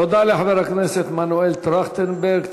תודה לחבר הכנסת מנואל טרכטנברג.